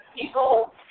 people